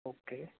okay